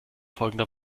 folgender